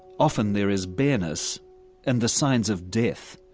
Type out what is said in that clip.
often there is bareness and the signs of death.